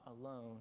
alone